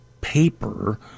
paper